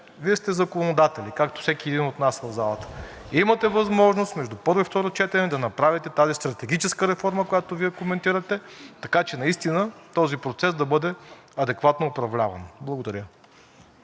Вие сте законодатели, както всеки един от нас в залата, имате възможност между първо и второ четене да направите тази стратегическа реформа, която Вие коментирате, така че наистина този процес да бъде адекватно управляван. Благодаря.